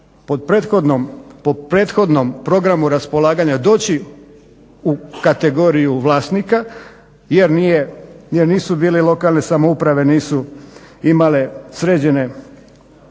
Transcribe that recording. po prethodnom programu raspolaganja doći u kategoriju vlasnika jer nisu bile lokalne samouprave, nisu imale sređene